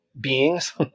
beings